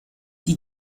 die